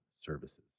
services